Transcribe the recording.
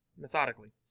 methodically